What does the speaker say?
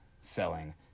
selling